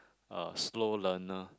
a slow learner